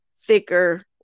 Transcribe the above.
thicker